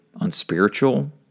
unspiritual